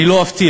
אני לא אפתיע